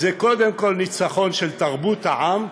אז זה קודם כול ניצחון של תרבות העם,